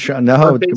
No